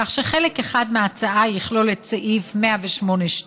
כך שחלק אחד מההצעה יכלול את סעיף 108(12)